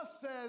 says